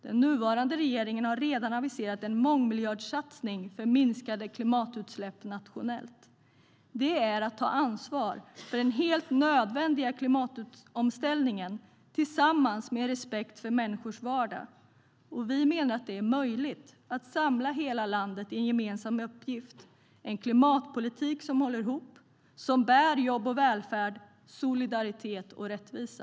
Den nuvarande regeringen har redan aviserat en mångmiljardsatsning för minskade klimatutsläpp nationellt. Det är att ta ansvar för den helt nödvändiga klimatomställningen tillsammans med respekt för människors vardag. Vi menar att det är möjligt att samla hela landet i en gemensam uppgift: en klimatpolitik som håller ihop, som bär jobb och välfärd, solidaritet och rättvisa.